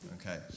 okay